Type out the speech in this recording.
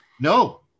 No